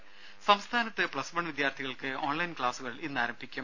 രുഭ സംസ്ഥാനത്ത് plus one വിദ്യാർത്ഥികൾക്ക് ഓൺലൈൻ ക്ലാസുകൾ ഇന്ന് തുടങ്ങും